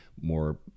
more